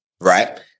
right